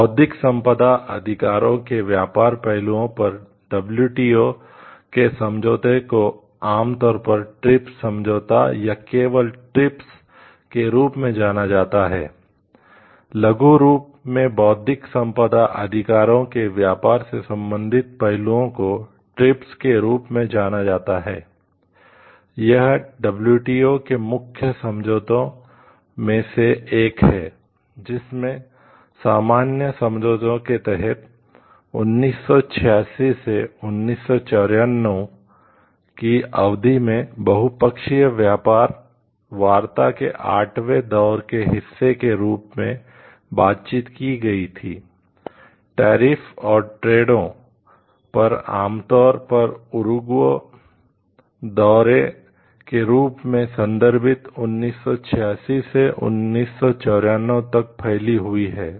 बौद्धिक संपदा अधिकारों के व्यापार पहलुओं पर डब्ल्यूटीओ दौर के रूप में संदर्भित 1986 से 1994 तक फैली हुई है